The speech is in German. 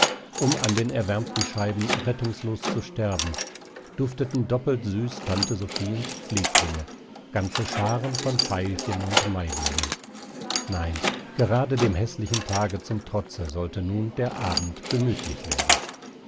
um an den erwärmten scheiben rettungslos zu sterben dufteten doppelt süß tante sophiens pfleglinge ganze scharen von veilchen und maiblumen nein gerade dem häßlichen tage zum trotze sollte nun der abend gemütlich werden